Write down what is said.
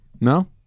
No